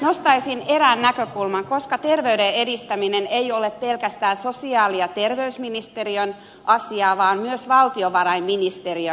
nostaisin esiin erään näkökulman koska terveyden edistäminen ei ole pelkästään sosiaali ja terveysministeriön asiaa vaan myös valtiovarainministeriön käsissä